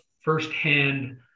firsthand